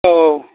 औ